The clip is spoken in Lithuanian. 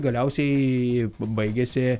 galiausiai baigėsi